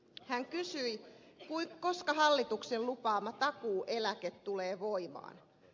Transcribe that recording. hän kysyi koska hallituksen lupaama takuueläke tulee voimaan